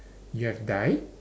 you have died